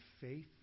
faith